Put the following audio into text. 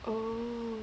oh